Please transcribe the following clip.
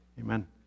Amen